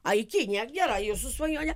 a į kiniją gera jūsų svajonė